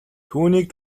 түүнийг